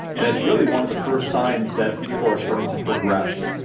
and it's really one of the first signs that people are starting to progress.